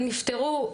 הם נפטרו?